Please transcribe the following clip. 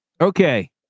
Okay